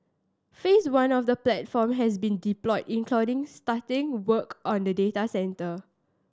Phase One of the platform has been deployed including starting work on a data centre